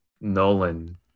Nolan